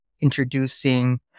introducing